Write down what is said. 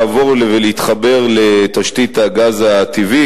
להתחבר לתשתית הגז הטבעי.